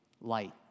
light